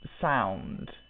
sound